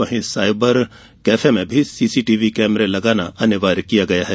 वहीं cyber cafe में CCTV कैमरे लगाना अनिवार्य किया गया है